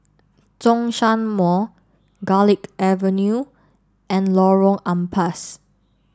Zhongshan Mall Garlick Avenue and Lorong Ampas